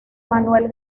manuel